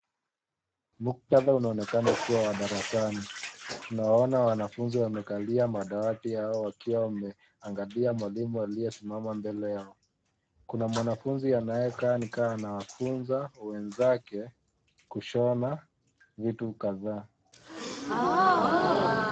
Muktadha unaonekana kuwa wa darasani. Tunaona wanafunzi wamekalia madawati yao wakiwa wameangalia mwalimu aliyesimama mbele yao. Kuna mwanafunzi anayekaa ni kaa anafunza wenzake kushona vitu kadhaa.